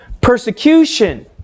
persecution